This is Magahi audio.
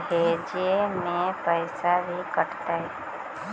भेजे में पैसा भी कटतै?